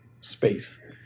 space